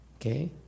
okay